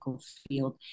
field